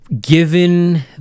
Given